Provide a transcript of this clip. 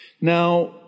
Now